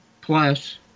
Plus